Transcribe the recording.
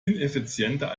ineffizienter